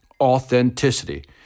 authenticity